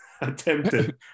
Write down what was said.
attempted